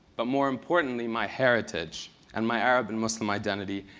but, more importantly, my heritage and my arab and muslim identity,